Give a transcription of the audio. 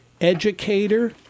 educator